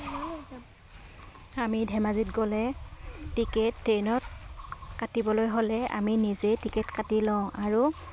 আমি ধেমাজিত গ'লে টিকেট ট্ৰেইনত কাটিবলৈ হ'লে আমি নিজেই টিকেট কাটি লওঁ আৰু